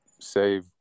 Save